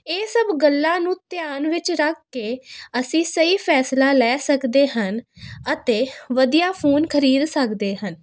ਇਹ ਸਭ ਗੱਲਾਂ ਨੂੰ ਧਿਆਨ ਵਿੱਚ ਰੱਖ ਕੇ ਅਸੀਂ ਸਹੀ ਫੈਸਲਾ ਲੈ ਸਕਦੇ ਹਨ ਅਤੇ ਵਧੀਆ ਫੋਨ ਖਰੀਦ ਸਕਦੇ ਹਨ